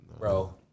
Bro